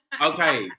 Okay